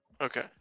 Okay